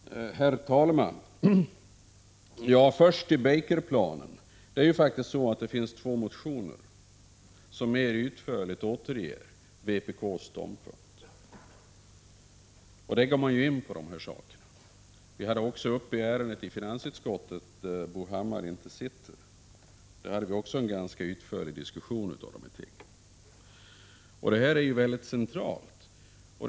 Prot. 1985/86:127 Herr talman! Först till Baker-planen. Det finns faktiskt två motioner som 24 april 1986 mer utförligt återger vpk:s ståndpunkt, och där går man in på de här sakerna. I finansutskottet, där Bo Hammar inte sitter, hade vi också en ganska utförlig pe = Sveriges diskussion om dessa ting. SPEansaR Pygrids: banken Världsbanken och Valutafonden spelar en central roll.